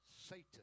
Satan